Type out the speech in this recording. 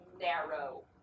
narrow